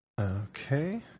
Okay